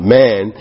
man